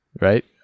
Right